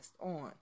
on